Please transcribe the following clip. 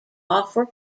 offer